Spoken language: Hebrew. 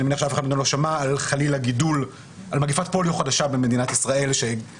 ואני מניח שאף אחד אחר לא שמע על מגפת פוליו חדשה בישראל שגרמה